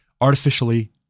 artificially